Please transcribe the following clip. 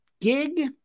gig